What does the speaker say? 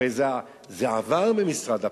הרי זה עבר ממשרד הפנים,